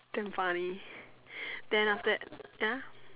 damn funny then after that ya